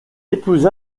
épousa